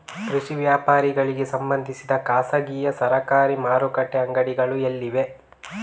ಕೃಷಿ ವ್ಯವಹಾರಗಳಿಗೆ ಸಂಬಂಧಿಸಿದ ಖಾಸಗಿಯಾ ಸರಕಾರಿ ಮಾರುಕಟ್ಟೆ ಅಂಗಡಿಗಳು ಎಲ್ಲಿವೆ?